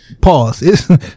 pause